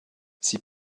sie